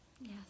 Yes